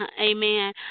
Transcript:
Amen